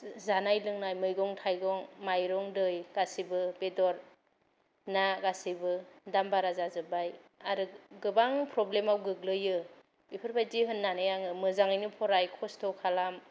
जानाय लोंनाय मैगं थाइगं माइरं दै गासिबो बेदर ना गासैबो दाम बारा जाजोबबाय आरो गोबां प्रब्लेमाव गोग्लैयो एफोरबादि होननानै आङो मोजांङैनो फराय खस्थ' खालाम